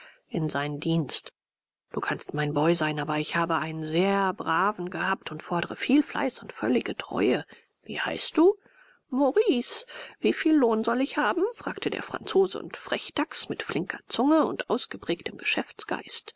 in seinen dienst du kannst mein boy sein aber ich habe einen sehr braven gehabt und fordre viel fleiß und völlige treue wie heißt du maurice wie viel lohn soll ich haben fragte der franzose und frechdachs mit flinker zunge und ausgeprägtem geschäftsgeist